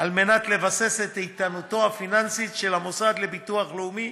על מנת לבסס את איתנותו הפיננסית של המוסד לביטוח לאומי.